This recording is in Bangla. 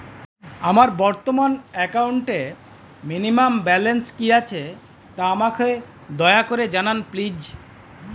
আমার বর্তমান একাউন্টে মিনিমাম ব্যালেন্স কী আছে তা আমাকে দয়া করে জানান প্লিজ